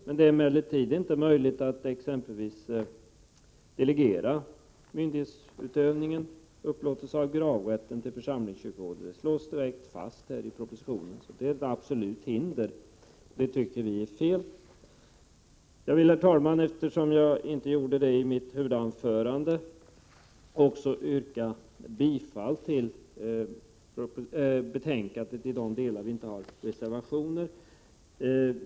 Men det är inte möjligt att exempelvis delegera myndighetsutövningen, upplåtelse av gravrätten, till församlingskyrkorådet. Det slås direkt fast i propositionen, så det föreligger ett absolut hinder. Det tycker vi är fel. Herr talman! Eftersom jag inte gjorde det i mitt huvudanförande vill jag yrka bifall till utskottets hemställan i de delar där vi inte har reservationer.